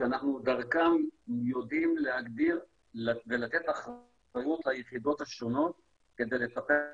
שאנחנו דרכם יודעים להגדיר ולתת אחריות ליחידות השונות כדי לטפל בזה,